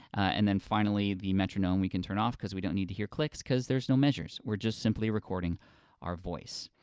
and then finally the metronome, we can turn off, cause we don't need to hear clicks, cause there's no measures, we're just simply recording our voice.